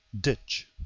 ditch